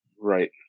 right